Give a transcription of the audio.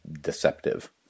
deceptive